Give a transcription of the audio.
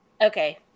Okay